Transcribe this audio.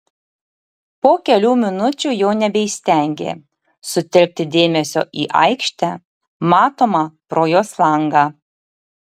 po kelių minučių jau nebeįstengė sutelkti dėmesio į aikštę matomą pro jos langą